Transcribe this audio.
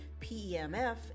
PEMF